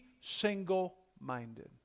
single-minded